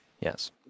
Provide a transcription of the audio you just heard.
Yes